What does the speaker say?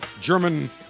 German